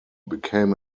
became